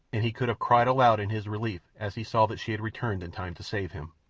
and he could have cried aloud in his relief as he saw that she had returned in time to save him.